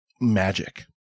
magic